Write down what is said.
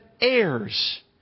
heirs